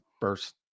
first